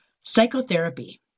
Psychotherapy